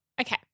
Okay